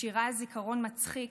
בשירה "זיכרון מצחיק",